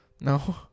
No